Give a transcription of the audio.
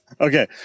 Okay